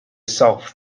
south